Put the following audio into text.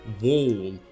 wall